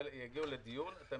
אתם